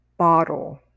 Bottle